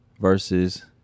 Versus